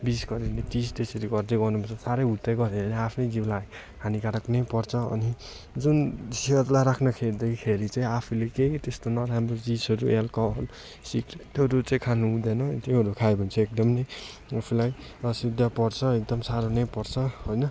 बिस गऱ्यो भने तिस त्यसरी गर्दै गर्नु पर्छ साह्रै हुत्तै गऱ्यो भने आफ्नै जिउलाई हानिकारक नै पर्छ अनि जुन सेहतलाई राख्न खेर्दाखेरि चाहिँ आफूले केही त्यस्तो नराम्रो चिजहरू एल्कोहल सिगरेटहरू चाहिँ खानु हुँदैन त्योहरू खायो भने चाहिँ एकदम नै आफूलाई असुविधा पर्छ एकदम साह्रो नै पर्छ होइन